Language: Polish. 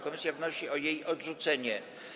Komisja wnosi o jej odrzucenie.